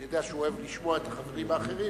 אני יודע שהוא אוהב לשמוע את החברים האחרים,